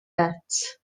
het